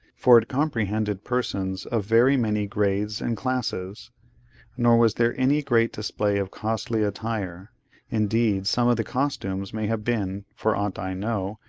for it comprehended persons of very many grades and classes nor was there any great display of costly attire indeed, some of the costumes may have been, for aught i know,